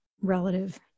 relative